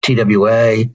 TWA